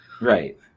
right